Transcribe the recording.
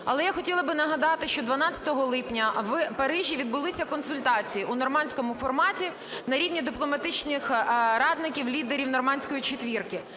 Але я хотіла би нагадати, що 12 липня в Парижі відбулися консультації у нормандському форматі на рівні дипломатичних радників лідерів "нормандської четвірки",